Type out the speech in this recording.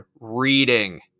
Reading